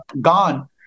gone